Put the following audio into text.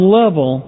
level